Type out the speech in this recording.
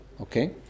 Okay